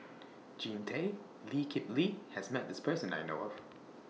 Jean Tay and Lee Kip Lee has Met This Person that I know of